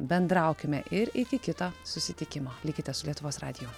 bendraukime ir iki kito susitikimo likite su lietuvos radiju